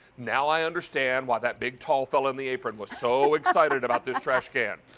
now i understand why that big tall fellow in the apron was so excited about this trash can,